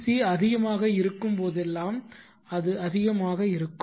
C அதிகமாக இருக்கும் போதெல்லாம் அது அதிகமாக இருக்கும்